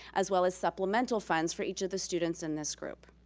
as well as supplemental funds, for each of the students in this group.